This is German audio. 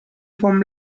vom